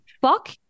fuck